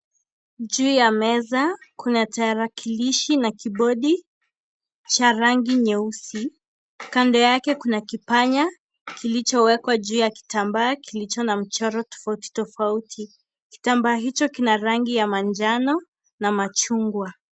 Juu ya meza kuna tarakilishi na kibodi cha rangi nyeusi, kando yake kuna kipanya kilichoekwa juu ya kitambaa kilicho na mchoro tofauti tofauti, kitamba hicho kina rangi ya manjano na machungwa.